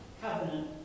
covenant